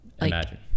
Imagine